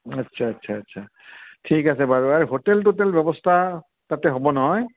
আচ্ছা আচ্ছা আচ্ছা ঠিক আছে বাৰু আৰু হোটেল টুতেল ব্যৱস্থা তাতে হ'ব নহয়